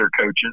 coaches